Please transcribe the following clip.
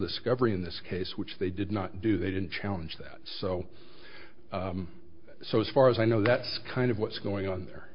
discovery in this case which they did not do they didn't challenge that so so as far as i know that's kind of what's going on there